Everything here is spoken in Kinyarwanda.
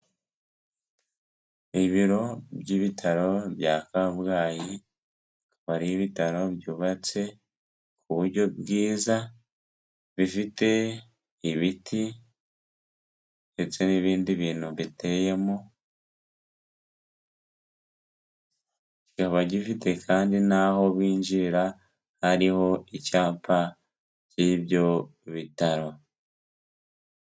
Ibiro by'ibitaro bya Kabgayi, hari ibitaro byubatse ku buryo bwiza, bifite ibiti ndetse n'ibindi bintu biteyemo, kikaba gifite kandi n'aho binjira hariho icyapa cy'ibyo bitaro.